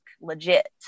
legit